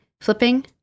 flipping